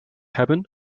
hebben